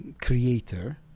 creator –